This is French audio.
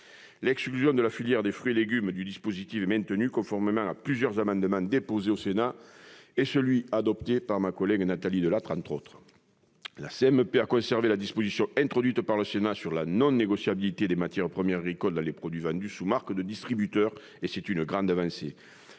L'exclusion de la filière des fruits et légumes du dispositif est maintenue, conformément à plusieurs amendements adoptés par le Sénat, notamment celui de ma collègue Nathalie Delattre. La CMP a conservé la disposition introduite par le Sénat sur la non-négociabilité des matières premières agricoles des produits vendus sous marques de distributeur. C'est à mon sens